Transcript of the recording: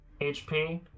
HP